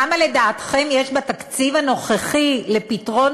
כמה לדעתכם יש בתקציב הנוכחי לפתרון